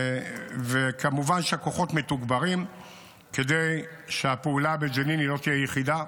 כמובן שהכוחות מתוגברים כדי שהפעולה בג'נין לא תהיה יחידה.